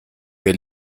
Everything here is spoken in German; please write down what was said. wer